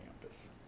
campus